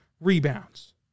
rebounds